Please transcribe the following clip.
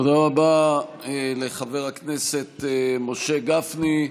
תודה רבה לחבר הכנסת משה גפני.